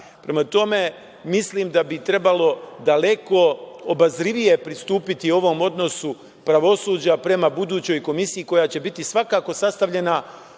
rade. Prema tome, mislim da bi trebalo daleko obazrivije pristupiti ovom odnosu pravosuđa prema budućoj komisiji koja će biti svakako sastavljena